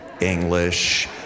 English